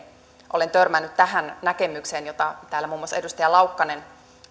olen törmännyt tähän näkemykseen jota täällä muun muassa edustaja laukkanen